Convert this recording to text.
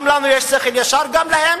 גם לנו יש שכל ישר, גם להם.